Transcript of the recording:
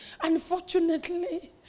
Unfortunately